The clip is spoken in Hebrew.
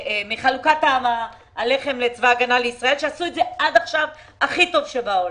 מחלוקת הלחם לצבא הגנה לישראל והם עשו את זה עד עכשיו הכי טוב שבעולם.